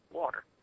water